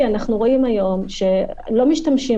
כאמור בסעיף 104(ב)" אנחנו לא מקצרים את